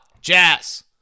Jazz